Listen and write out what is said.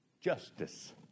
justice